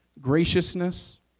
graciousness